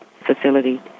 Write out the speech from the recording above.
facility